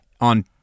on